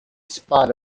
spot